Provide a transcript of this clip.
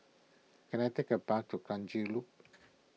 can I take a bus to Kranji Loop